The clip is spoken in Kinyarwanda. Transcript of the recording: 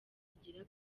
agira